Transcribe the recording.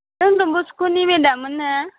नों दन बस्क'नि मेदाममोन ना